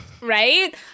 Right